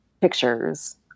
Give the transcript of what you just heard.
pictures